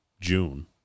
June